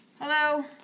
Hello